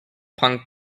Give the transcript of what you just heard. punk